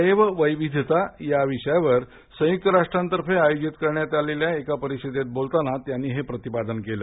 जैव विविधता या विषयावर संयुक्त राष्ट्रातर्फे आयोजित करण्यात आलेल्या एका परिषदेत बोलताना त्यांनी हे प्रतिपादन केलं